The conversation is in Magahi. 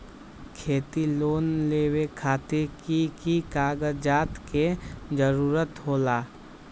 खेती लोन लेबे खातिर की की कागजात के जरूरत होला?